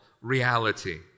reality